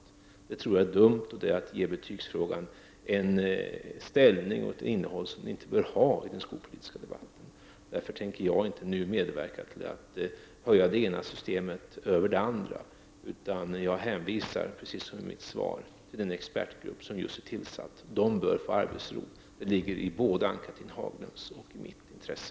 Jag tror att det är dumt att ge betygsfrågan en ställning och ett innehåll som den inte bör ha i den skolpolitiska debatten. Därför tänker jag inte nu medverka till att höja det ena systemet över det andra, utan jag hänvisar, precis som i mitt svar, till den expertgrupp som just har tillsatts. Den bör få arbetsro — det ligger i både Ann-Cathrine Haglunds och mitt intresse.